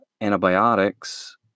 antibiotics